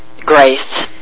grace